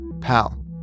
Pal